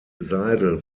seidel